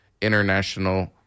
international